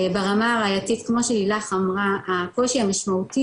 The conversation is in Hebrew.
ברמה הראייתי כמו שלילך אמרה הקושי המשמעותי